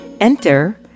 Enter